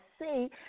see